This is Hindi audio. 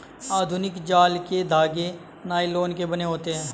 आधुनिक जाल के धागे नायलोन के बने होते हैं